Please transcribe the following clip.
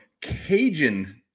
Cajun